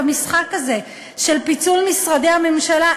במשחק הזה של פיצול משרדי הממשלה.